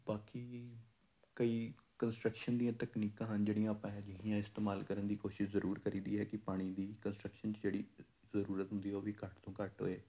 ਬਾਕੀ ਕਈ ਕੰਸਟ੍ਰਕਸ਼ਨ ਦੀਆਂ ਤਕਨੀਕਾਂ ਹਨ ਜਿਹੜੀਆਂ ਆਪਾਂ ਅਜਿਹੀਆਂ ਇਸਤੇਮਾਲ ਕਰਨ ਦੀ ਕੋਸ਼ਿਸ਼ ਜ਼ਰੂਰ ਕਰੀਦੀ ਹੈ ਕਿ ਪਾਣੀ ਦੀ ਕੰਸਟ੍ਰਕਸ਼ਨ ਜਿਹੜੀ ਜ਼ਰੂਰਤ ਹੁੰਦੀ ਉਹ ਵੀ ਘੱਟ ਤੋਂ ਘੱਟ ਹੋਵੇ